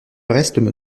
reste